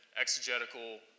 exegetical